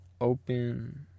Open